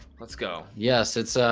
let's go yes it's